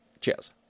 Cheers